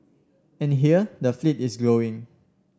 and here the fleet is growing